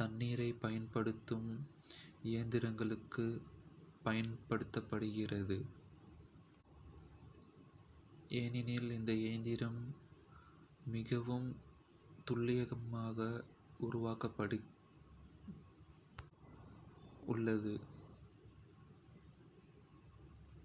தண்ணீரைப் பயன்படுத்தும் இயந்திரங்களுக்குப் பயன்படுத்தப்படுகிறது.